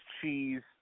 cheese